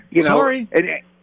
sorry